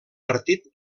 partit